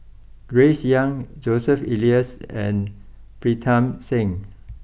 Grace young Joseph Elias and Pritam Singh